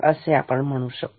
तर आपण काय म्हणू शकतो